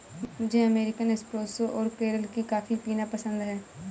मुझे American espresso और केरल की कॉफी पीना पसंद है